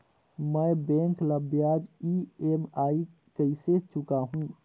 मैं बैंक ला ब्याज ई.एम.आई कइसे चुकाहू?